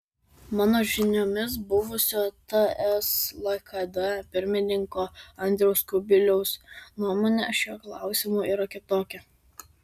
mano žiniomis buvusio ts lkd pirmininko andriaus kubiliaus nuomonė šiuo klausimu yra kitokia